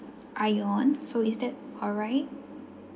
ION so is that alright